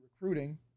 recruiting